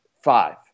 five